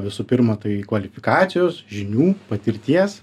visų pirma tai kvalifikacijos žinių patirties